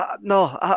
No